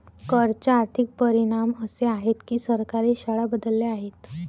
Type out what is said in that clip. कर चे आर्थिक परिणाम असे आहेत की सरकारी शाळा बदलल्या आहेत